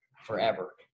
forever